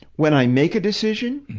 when i make a decision,